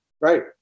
Right